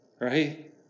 right